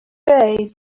day